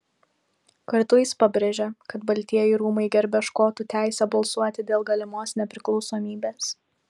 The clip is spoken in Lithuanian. kartu jis pabrėžė kad baltieji rūmai gerbia škotų teisę balsuoti dėl galimos nepriklausomybės